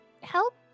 help